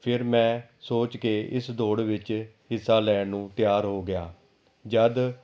ਫਿਰ ਮੈਂ ਸੋਚ ਕੇ ਇਸ ਦੌੜ ਵਿੱਚ ਹਿੱਸਾ ਲੈਣ ਨੂੰ ਤਿਆਰ ਹੋ ਗਿਆ ਜਦ